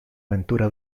aventura